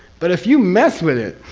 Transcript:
but if you mess with it,